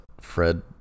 Fred